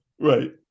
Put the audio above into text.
Right